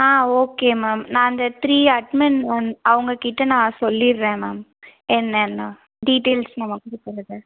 ஆ okay ma'am நான் அந்த three admin one அவங்கக்கிட்ட நான் சொல்லிடுறேன் மேம் என்னென்ன டீடெயில்ஸ் நம்ம கொடுக்கறத